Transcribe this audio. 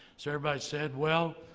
so everybody said, well,